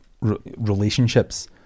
relationships